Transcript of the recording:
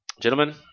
Gentlemen